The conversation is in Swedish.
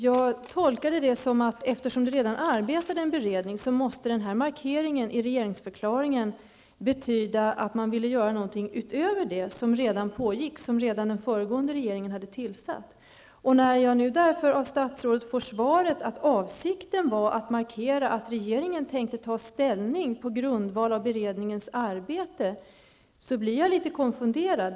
Jag tolkade markeringen i regeringsförklaringen så att man ville göra någonting utöver det arbete som redan pågick i den beredning som den föregående regeringen hade tillsatt. När jag nu av statsrådet får svaret att avsikten var att markera att regeringen tänkte ta ställning på grundval av beredningens arbete blir jag litet konfunderad.